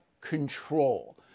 control